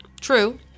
True